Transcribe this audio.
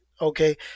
okay